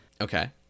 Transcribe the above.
Okay